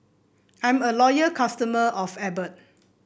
I'm a loyal customer of Abbott